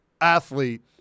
athlete